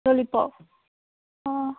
lollipop ꯑꯣ